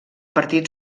partit